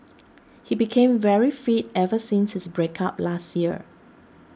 he became very fit ever since his breakup last year